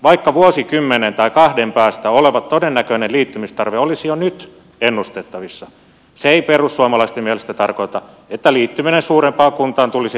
vaikka vuosikymmenen tai kahden päästä oleva todennäköinen liittymistarve olisi jo nyt ennustettavissa se ei perussuomalaisten mielestä tarkoita että liittyminen suurempaan kuntaan tulisi toteuttaa jo nyt